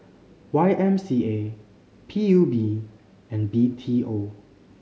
Y M C A P U B and B T O